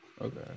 okay